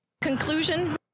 Conclusion